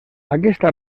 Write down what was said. aquesta